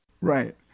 Right